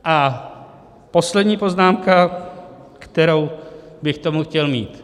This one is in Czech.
A poslední poznámka, kterou bych k tomu chtěl říct.